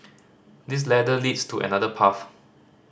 this ladder leads to another path